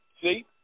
See